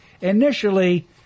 Initially